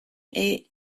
est